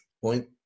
point